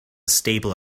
stable